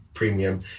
premium